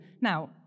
Now